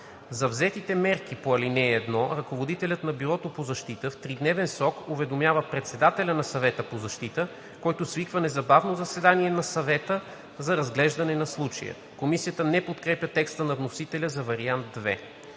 За взетите мерки по ал. 1 ръководителят на Бюрото по защита в тридневен срок уведомява председателя на Съвета по защита, който свиква незабавно заседание на съвета за разглеждане на случая.“ Комисията не подкрепя текста на вносителя за вариант II.